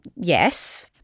yes